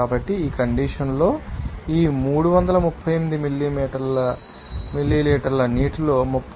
కాబట్టి ఈ కండీషన్ లో ఈ 338 మిల్లీలీటర్ నీటిలో 39